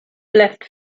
left